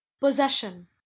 Possession